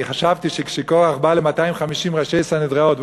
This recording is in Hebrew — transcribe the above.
אני חשבתי שכשקורח בא ל-250 ראשי סנהדראות,